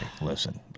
listen